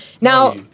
Now